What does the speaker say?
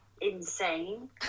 insane